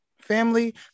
Family